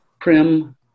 prim